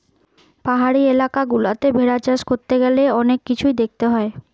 পাহাড়ি এলাকা গুলাতে ভেড়া চাষ করতে গ্যালে অনেক কিছুই দেখতে হয়